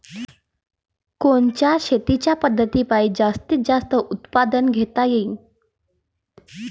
कोनच्या शेतीच्या पद्धतीपायी जास्तीत जास्त उत्पादन घेता येईल?